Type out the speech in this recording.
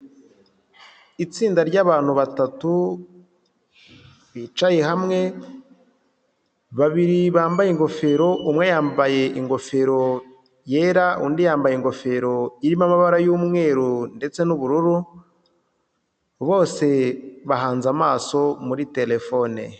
Itsinda ry'abantu batatu bicaye hamwe, babiri bambaye ingofero, umwe yambaye ingofero yera, undi yambaye ingofero irimo amabara y'umweru ndetse n'ubururu, bose bahanze amaso muri terefone.